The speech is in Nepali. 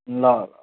ल ल ल